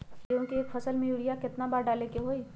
गेंहू के एक फसल में यूरिया केतना बार डाले के होई?